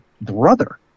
brother